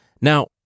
Now